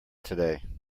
today